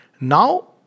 Now